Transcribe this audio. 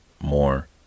more